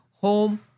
home